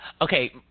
okay